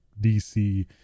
DC